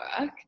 work